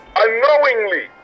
unknowingly